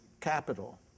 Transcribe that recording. capital